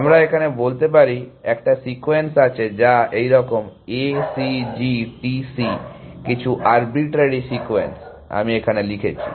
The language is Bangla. আমরা এখানে বলতে পারি একটা সিকোয়েন্স আছে যা এইরকম A C G T C কিছু আরবিট্রারি সিকোয়েন্স আমি এখানে লিখেছি